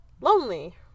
lonely